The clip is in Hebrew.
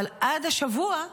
אבל עד השבוע,